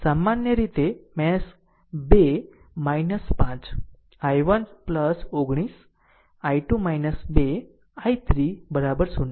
સમાન રીતે mesh 2 5 I1 19 I2 2 I3 0